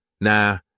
Nah